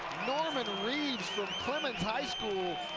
norman reed from clemens high school,